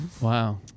Wow